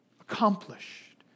Accomplished